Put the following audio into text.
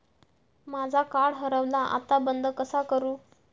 माझा कार्ड हरवला आता बंद कसा करू?